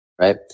right